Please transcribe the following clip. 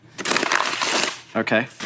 Okay